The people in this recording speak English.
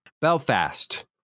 belfast